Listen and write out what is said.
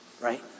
right